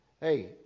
Hey